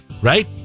Right